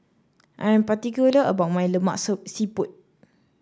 I'm particular about my Lemak Siput